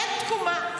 אין תקומה.